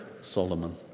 Solomon